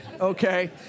Okay